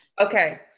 okay